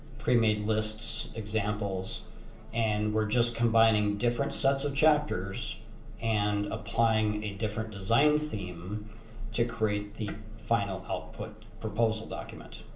premade lists, examples and we're just combining different sets of chapters and applying a different design theme to create the final output proposal document.